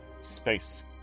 space